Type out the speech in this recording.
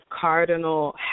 cardinal